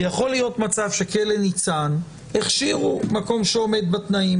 יכול להיות מצב שכלא ניצן הכשירו מקום שעומד בתנאים,